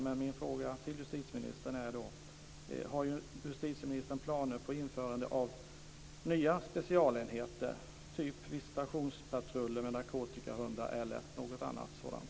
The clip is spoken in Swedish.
Men min fråga till justitieministern är: Har justitieministern planer på införande av nya specialenheter, typ visitationspatruller med narkotikahundar eller något annat sådant?